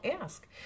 Ask